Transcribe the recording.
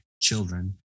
children